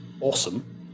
awesome